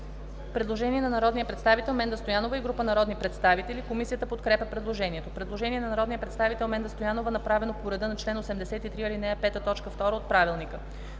предложение на народния представител Менда Стоянова и група народни представители. Комисията подкрепя предложението. Предложение на народния представител Менда Стоянова, направено по реда на чл. 83, ал. 5, т. 2 от Правилника.